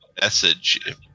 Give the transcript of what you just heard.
message